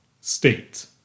state